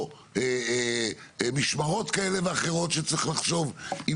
או משמרות כאלה ואחרות שצריך לחשוב אם